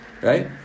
Right